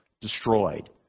destroyed